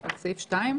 בקשה לקבלת5.(א)